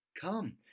come